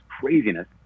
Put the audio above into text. craziness